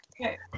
Okay